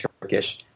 Turkish